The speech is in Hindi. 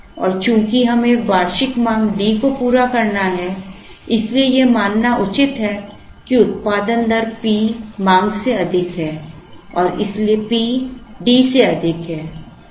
और चूंकि हमें वार्षिक मांग D को पूरा करना है इसलिए यह मानना उचित है कि उत्पादन दर P मांग से अधिक है और इसलिए P D से अधिक है